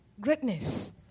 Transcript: greatness